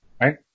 right